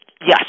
Yes